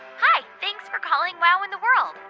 hi, thanks for calling wow in the world.